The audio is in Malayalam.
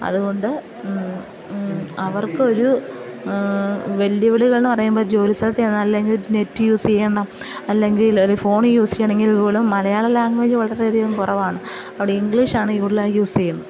അതുകൊണ്ട് അവർക്കൊരു വെല്ലുവിളികളെന്നു പറയുമ്പം ജോലി സ്ഥലത്തു ചെന്നാൽ അല്ലെങ്കിൽ നെറ്റ് യൂസ് ചെയ്യണം അല്ലെങ്കിൽ ഫോൺ യൂസ് ചെയ്യണമെങ്കിൽ പോലും മലയാളം ലാംഗ്വേജ് വളരെയധികം കുറവാണ് അവിടെ ഇംഗ്ലീഷാണ് കൂടുതലായി യൂസ് ചെയ്യുന്നത്